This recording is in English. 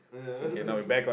oh yeah that's